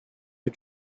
you